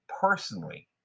personally